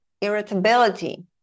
irritability